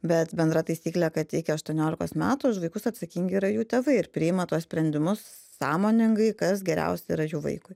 bet bendra taisyklė kad iki aštuoniolikos metų už vaikus atsakingi yra jų tėvai ir priima tuos sprendimus sąmoningai kas geriausia yra jų vaikui